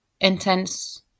intense